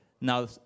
Now